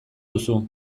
duzu